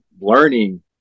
learning